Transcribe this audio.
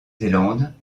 zélande